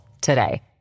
today